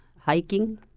hiking